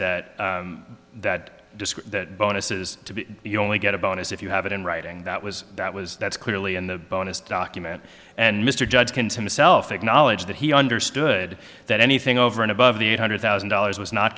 disk that bonuses to be you only get a bonus if you have it in writing that was that was that's clearly in the bonus document and mr judge can to myself acknowledge that he understood that anything over and above the eight hundred thousand dollars was not